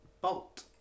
bolt